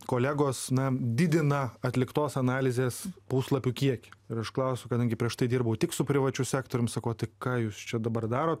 kolegos na didina atliktos analizės puslapių kiekį ir aš klausiu kadangi prieš tai dirbau tik su privačiu sektorium sakau o tai ką jūs čia dabar darot